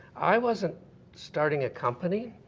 i wasn't starting a company,